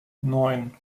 neun